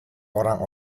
orang